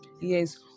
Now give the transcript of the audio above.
yes